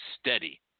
steady